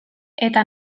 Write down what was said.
eta